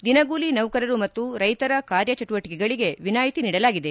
ದಿನಗೂಲಿ ನೌಕರರು ಮತ್ತು ರೈತರ ಕಾರ್ಯಚಟುವಟಿಕೆಗಳಿಗೆ ವಿನಾಯಿತಿ ನೀಡಲಾಗಿದೆ